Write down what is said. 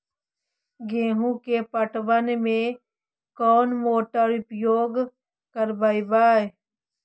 गेंहू के पटवन में कौन मोटर उपयोग करवय?